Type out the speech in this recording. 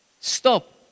Stop